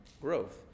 growth